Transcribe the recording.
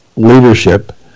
leadership